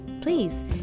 please